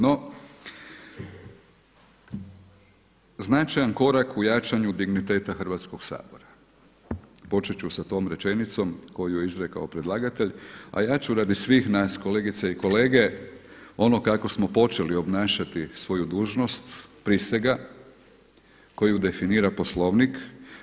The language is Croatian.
No, značajan korak u dignitetu Hrvatskog sabora, počet ću sa tom rečenicom koju je izrekao predlagatelj, a ja ću radi svih nas, kolegice i kolege, ono kako smo počeli obnašati svoju dužnost, prisega, koju definira Poslovnik.